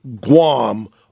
Guam